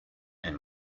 and